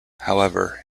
however